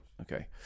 Okay